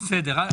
תוותרי.